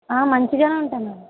మంచిగానే ఉంటాయి మేడమ్